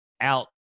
out